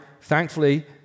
thankfully